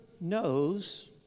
knows